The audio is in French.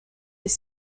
des